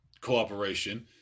cooperation